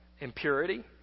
impurity